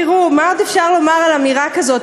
תראו, מה עוד אפשר לומר על אמירה כזאת?